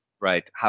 right